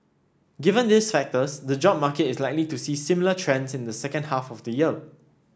given these factors the job market is likely to see similar trends in the second half of the year